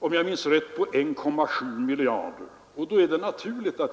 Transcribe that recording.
på 1,7 miljarder — om jag minns rätt.